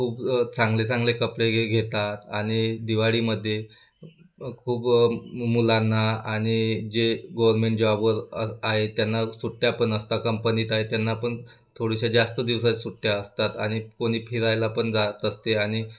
खूप चांगले चांगले कपडे घ घेतात आणि दिवाळीमध्ये खूप मुलांना आणि जे गोरमेंट जॉब वर आ आहे त्यांना सुट्ट्या पण असतात कंपनीत आ आहे त्यांना पण थोडयाश्या जास्त दिवस सुट्ट्या असतात आणि कोणी फिरायला पण जात असते आणि